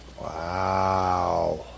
Wow